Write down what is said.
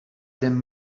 then